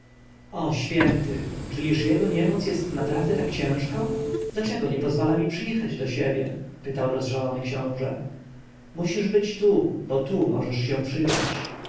o święty czyliż jego niemoc jest naprawdę tak ciężką dlaczego nie pozwala mi przyjechać do siebie pytał rozżalony książę musisz być tu bo tu możesz się przydać